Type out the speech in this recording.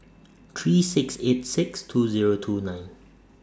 three six eight six two Zero two nine